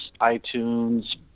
iTunes